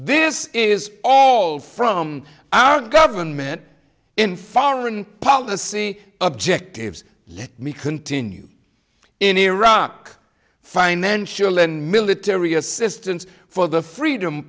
this is all from our government in foreign policy objectives let me continue in iraq financial and military assistance for the freedom